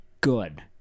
good